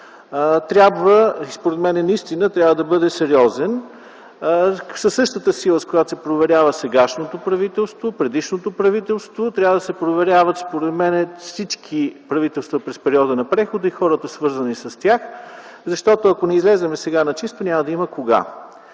трябва, според мен, наистина да бъде сериозен. Със същата сила, с която сега се проверява сегашното правителство, предишното правителство, трябва да се проверяват, според мен, всички правителства през периода на прехода и хората, свързани с тях. Защото, ако не излезем сега на чисто, няма да има кога.